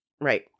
Right